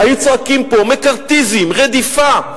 היו צועקים פה: מקארתיזם, רדיפה.